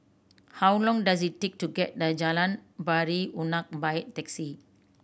how long does it take to get to Jalan Pari Unak by taxi